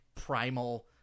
primal